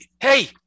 hey